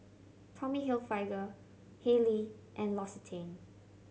Tommy Hilfiger Haylee and L'Occitane